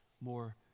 more